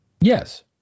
Yes